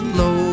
low